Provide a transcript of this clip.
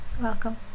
welcome